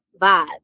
vibe